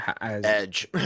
Edge